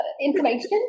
information